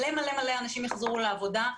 הרבה אנשים יחזרו לעבודה,